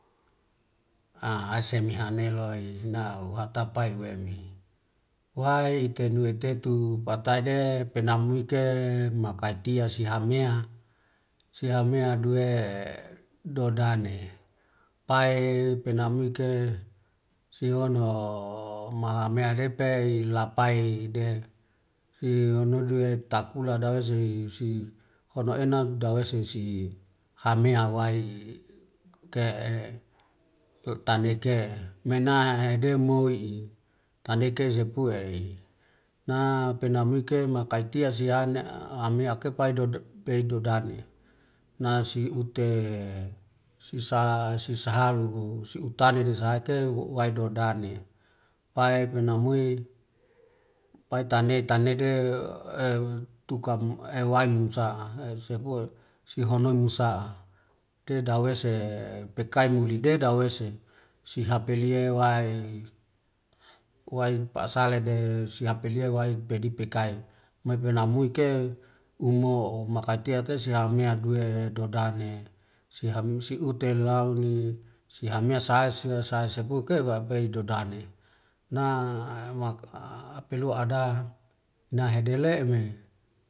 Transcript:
Aiseme hane loi nau uhatapai umemi wai itenue tetu pataide penamuike ma kaitia sihamea sihamea duwe dodan'ne pae penamuike sihono mamedeape lapaide si nodue takula dawesi si si honu ena dawesi si hamea wai ike, tane ike mena hede moi taneke sepuei na puenamuke makaitia siane ame akea pia dodane nasi ute sisa sisahalu si utane desahaike wi dodane. Pai penamui pai tane tanede tuka ewaimusa sepue si honoi musa'a te dawese pekai mulide dawese sihape lie wai pasalede siape lia wai pedipe kai, mo penamuike umo'o makai tia te sehamea duwe dodane siute launi si hame sasi sai sepuke wapei dodane, na apelu ada na hedele'e me.